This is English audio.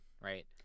right